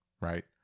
right